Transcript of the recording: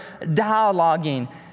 dialoguing